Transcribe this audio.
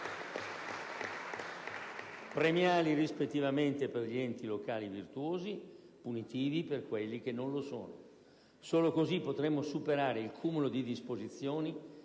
Premiali per gli enti locali virtuosi, punitivi per quelli che non lo sono. Solo così potremo superare il cumulo di disposizioni che si